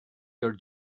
your